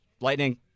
Lightning